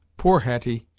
poor hetty!